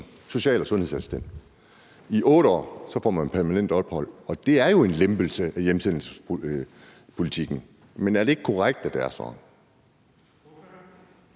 social- og sundhedsassistent i 8 år, så får man permanent ophold? Det er jo en lempelse af hjemsendelsespolitikken. Men er det ikke korrekt, at det er sådan?